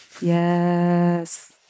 Yes